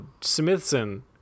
Smithson